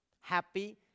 happy